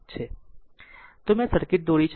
તો આ મેં સર્કિટ દોરી છે